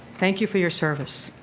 thank you for your service.